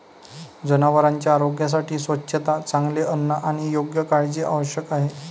जनावरांच्या आरोग्यासाठी स्वच्छता, चांगले अन्न आणि योग्य काळजी आवश्यक आहे